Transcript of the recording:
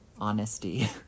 honesty